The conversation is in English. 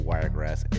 Wiregrass